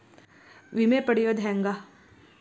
ವಿಮೆ ಪಡಿಯೋದ ಹೆಂಗ್?